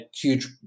huge